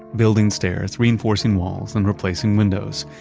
building stairs, reinforcing walls, and replacing windows.